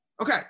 Okay